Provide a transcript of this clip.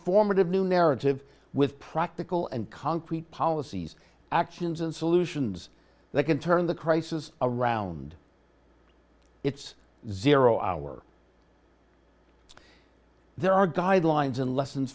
formative new narrative with practical and concrete policies actions and solutions that can turn the crisis around it's zero hour there are guidelines and lessons